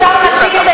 אז מה,